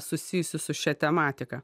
susijusių su šia tematika